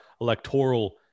electoral